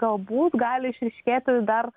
galbūt gali išryškėti dar